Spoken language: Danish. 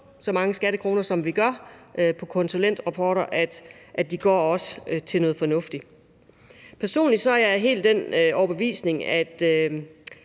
så mange skattekroner på konsulentrapporter, som vi gør, så går de til noget fornuftigt. Personligt er jeg af den overbevisning, at